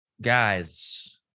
Guys